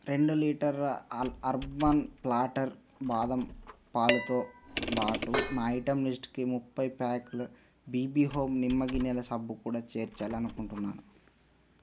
రెండు లీటర్ అల్ Urban Platter బాదం పాలుతో బాటు నా ఐటెం లిస్టుకి ముప్పై ప్యాక్లు బీబీ హోమ్ నిమ్మ గిన్నెల సబ్బు కూడా చేర్చాలి అనుకుంటున్నాను